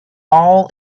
all